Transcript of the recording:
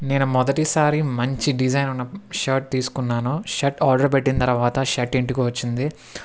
నేను మొదటిసారి మంచి డిజైన్ ఉన్న షర్ట్ తీసుకున్నాను షర్ట్ ఆర్డర్ పెట్టిన తరువాత షర్ట్ ఇంటికి వచ్చింది